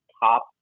top